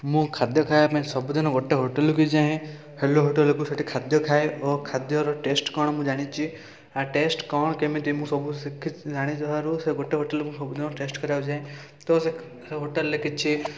ମୁଁ ଖାଦ୍ୟ ଖାଇବା ପାଇଁ ସବୁଦିନ ଗୋଟେ ହୋଟେଲକୁ ଯାଏଁ ହେଲୋ ହୋଟେଲକୁ ସେଠି ଖାଦ୍ୟଖାଏ ଓ ଖାଦ୍ୟର ଟେଷ୍ଟ କ'ଣ ମୁଁ ଜାଣିଛି ଆ ଟେଷ୍ଟ କ'ଣ କେମିତି ସବୁ ମୁଁ ଶିଖି ଜାଣିଥିବାରୁ ସେ ଗୋଟେ ହୋଟେଲକୁ ସବୁଦିନ ଟେଷ୍ଟ କରିବାକୁ ଯାଏଁ ତ ସେ ହୋଟେଲରେ କିଛି